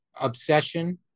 obsession